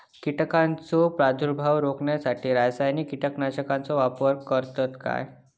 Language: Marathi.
कीटकांचो प्रादुर्भाव रोखण्यासाठी रासायनिक कीटकनाशकाचो वापर करतत काय?